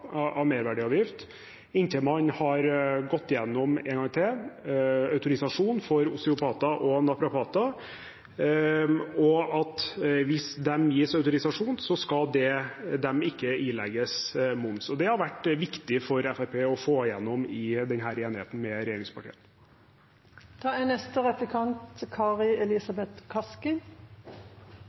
merverdiavgift til man en gang til har gått igjennom autorisasjonen for osteopater og naprapater. Hvis de gis autorisasjon, skal de ikke ilegges moms. Det har viktig for Fremskrittspartiet å få igjennom i enigheten med regjeringspartiene. Jeg har med